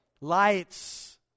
Lights